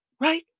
right